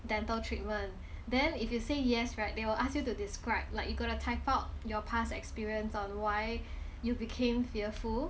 dental treatment then if you say yes right they will ask you to describe like you got to type out your past experience on why you became fearful